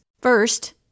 First